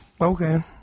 Okay